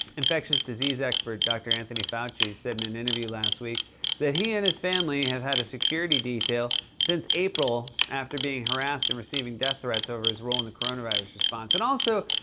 infectious disease expert, dr. anthony fauci said in an interview last week that he and his family have had a security detail since april after being harassed and receiving death threats over his role in the coronavirus response. and also,